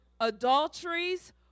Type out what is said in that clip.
adulteries